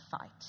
fight